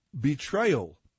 betrayal